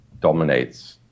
dominates